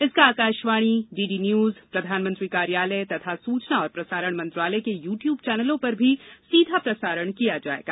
इसका Akashvani DD news प्रधानमंत्री कार्यालय तथा सूचना और प्रसारण मंत्रालय के यूट्यूब चैनलों पर भी सीधा प्रसारण किया जायेगा